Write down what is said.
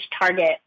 target